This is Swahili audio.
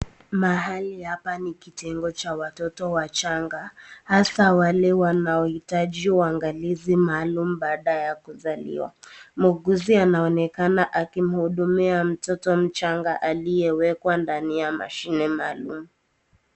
Mahali hapa ni kitengo ya watoto wachanga, hasa wale wanaohitaji uangalizi maalum baada ya kuzaliwa. Muuguzi anaonekana akimhudumia mtoto mchanga aliyewekwa ndani ya mashine maalum.